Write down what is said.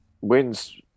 wins